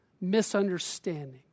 misunderstanding